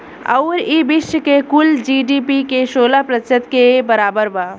अउरी ई विश्व के कुल जी.डी.पी के सोलह प्रतिशत के बराबर बा